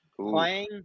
playing